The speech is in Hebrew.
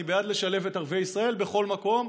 אני בעד לשלב את ערביי ישראל בכל מקום.